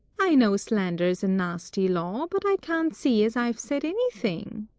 i know slander's a nasty law but i can't see as i've said anything.